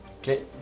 Okay